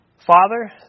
Father